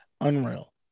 unreal